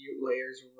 layers